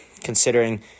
considering